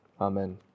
amen